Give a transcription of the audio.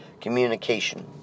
communication